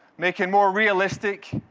making more realistic